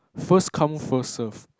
first come first serve